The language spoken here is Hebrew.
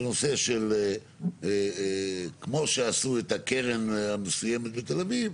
הנושא של כמו שעשו את הכרם בתל אביב,